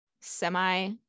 semi